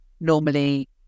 normally